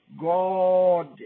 God